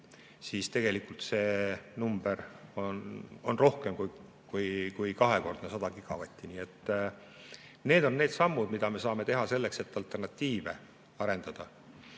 siis tegelikult see number on rohkem kui kaks korda 100 gigavatti. Need on need sammud, mida me saame teha selleks, et alternatiive arendada.